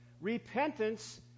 Repentance